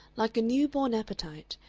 like a new-born appetite,